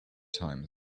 times